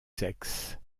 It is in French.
sexes